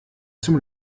zum